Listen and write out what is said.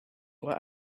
what